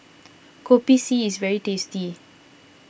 Kopi C is very tasty